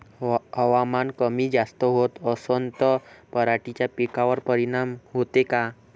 हवामान कमी जास्त होत असन त पराटीच्या पिकावर परिनाम होते का?